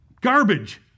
Garbage